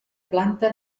planta